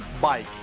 bike